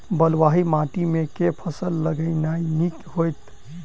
बलुआही माटि मे केँ फसल लगेनाइ नीक होइत?